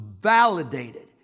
validated